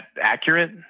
accurate